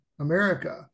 America